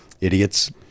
idiots